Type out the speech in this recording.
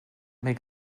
make